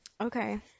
Okay